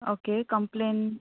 okay complain